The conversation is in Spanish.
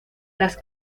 las